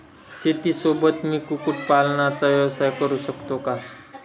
शेतीसोबत मी कुक्कुटपालनाचा व्यवसाय करु शकतो का?